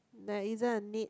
there isn't a need